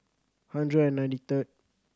hundred and ninety third